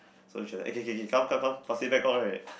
so she's like okay okay okay come come come plastic bag out right